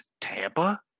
Tampa